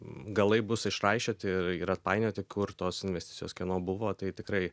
galai bus išraišioti ir ir atpainioti kur tos investicijos kieno buvo tai tikrai